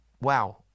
Wow